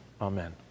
Amen